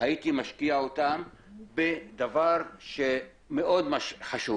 הייתי משקיע אותם בדבר חשוב אחר,